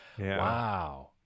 Wow